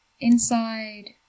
Inside